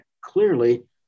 clearly